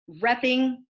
repping